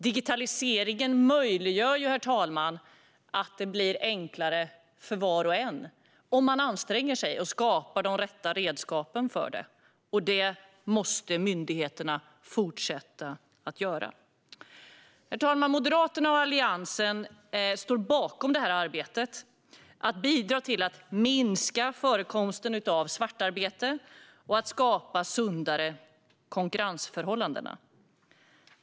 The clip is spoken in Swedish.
Digitaliseringen möjliggör, herr talman, att det blir enklare för var och en, om man anstränger sig att skapa de rätta redskapen. Det måste myndigheterna fortsätta att göra. Herr talman! Moderaterna och Alliansen står bakom arbetet att bidra till att minska förekomsten av svartarbete och att skapa sundare konkurrensförhållanden.